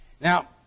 Now